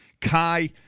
Kai